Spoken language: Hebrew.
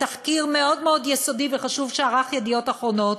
בתחקיר מאוד מאוד יסודי וחשוב שערך "ידיעות אחרונות"